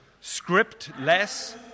script-less